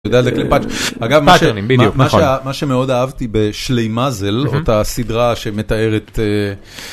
אגב, מה שמאוד אהבתי בשלי מזל, אותה סדרה שמתארת.